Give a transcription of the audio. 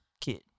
kid